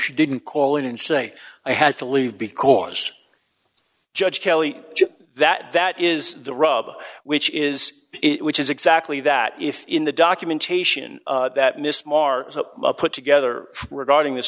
she didn't call in and say i had to leave because judge kelly that that is the rub which is it which is exactly that if in the documentation that miss marr's put together regarding this